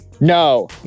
No